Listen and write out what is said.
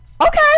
Okay